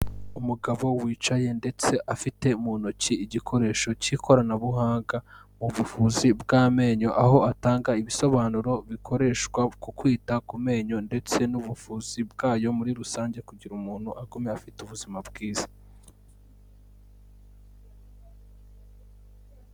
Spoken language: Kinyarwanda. Umugabo wicaye ndetse afite mu ntoki igikoresho cy'ikoranabuhanga mu buvuzi bw'amenyo, aho atanga ibisobanuro bikoreshwa ku kwita ku menyo ndetse n'ubuvuzi bwayo muri rusange kugira ngo umuntu akomeze afite ubuzima bwiza.